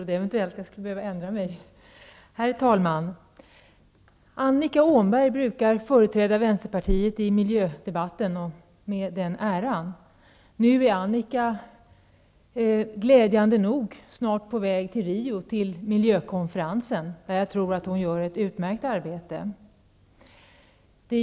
Herr talman! Annika Åhnberg brukar med den äran företräda Vänsterpartiet i miljödebatten. Nu är Annika glädjande nog snart på väg till Rio och miljökonferensen, där jag tror att hon kommer att göra ett utmärkt arbete.